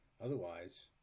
Otherwise